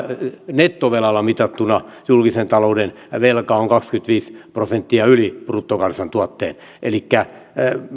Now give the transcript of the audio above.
nettovelalla mitattuna julkisen talouden velka on kaksikymmentäviisi prosenttia yli bruttokansantuotteen elikkä